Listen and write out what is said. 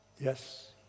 Yes